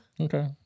Okay